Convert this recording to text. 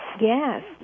Yes